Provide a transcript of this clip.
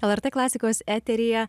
lrt klasikos eteryje